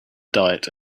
diet